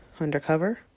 undercover